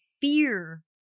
fear